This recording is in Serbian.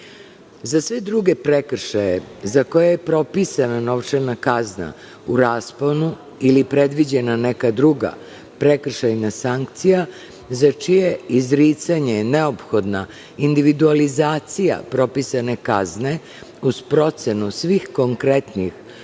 Za sve druge prekršaje, za koje je propisana novčana kazna u rasponu ili predviđena neka druga prekršajna sankcija za čije je izricanje neophodna individualnizacija propisane kazne uz procenu svih konkretnih